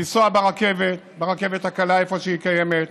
לנסוע ברכבת, ברכבת הקלה איפה שהיא קיימת,